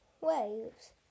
waves